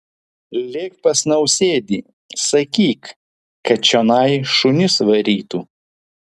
lėk pas nausėdį sakyk kad čionai šunis varytų